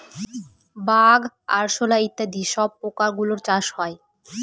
bug, আরশোলা ইত্যাদি সব পোকা গুলোর চাষ হয়